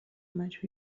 much